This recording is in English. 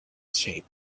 shape